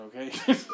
okay